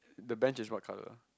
the bench is what colour